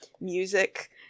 music